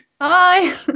Hi